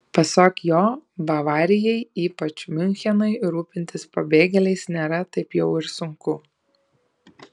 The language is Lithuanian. pasak jo bavarijai ypač miunchenui rūpintis pabėgėliais nėra taip jau ir sunku